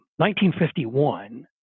1951